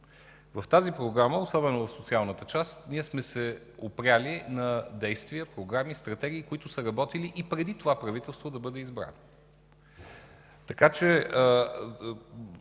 В тази Програма, особено в социалната част, ние сме се опрели на действия, програми, стратегии, които са работили и преди това правителство да бъде избрано.